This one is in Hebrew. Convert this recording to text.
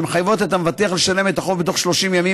שמחייבות את המבטח לשלם את החוב בתוך 30 ימים